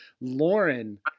Lauren